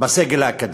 בסגל האקדמי.